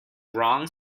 wrong